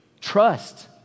Trust